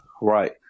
Right